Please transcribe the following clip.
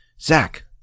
Zach